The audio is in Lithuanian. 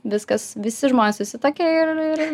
viskas visi žmonės susituokė ir ir ir